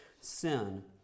sin